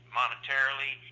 monetarily